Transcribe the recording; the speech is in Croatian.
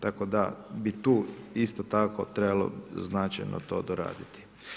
Tako da bi tu isto tako trebalo značajno to doraditi.